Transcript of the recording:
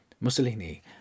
Mussolini